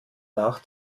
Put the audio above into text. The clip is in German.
nach